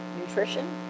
nutrition